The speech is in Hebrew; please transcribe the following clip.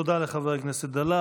תודה לחבר הכנסת דלל.